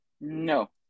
No